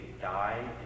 die